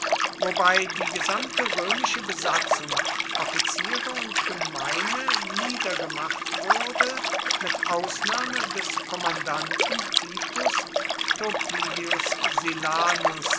wobei die gesamte römische besatzung offiziere und gemeine niedergemacht wurde mit ausnahme des kommandanten titus turpilius silanus